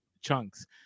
chunks